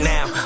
Now